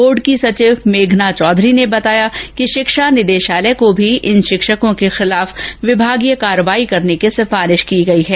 board की सचिव मेघना चौधरी ने बताया कि शिक्षा निदेशालय को भी इन शिक्षकों के खिलाफ विभागीय कार्रवाई करने की सिफारिश की गई है